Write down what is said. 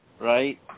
right